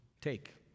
take